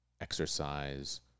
Exercise